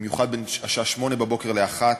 במיוחד בין 08:00 ל-13:00,